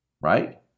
right